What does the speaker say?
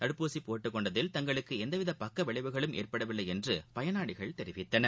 தடுப்பூசி போட்டுக்கொண்டதில் தங்களுக்கு எவ்வித பக்கவிளைவுகளும் ஏற்படவில்லை என்று பயனாளிகள் தெரிவித்தனர்